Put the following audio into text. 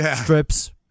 strips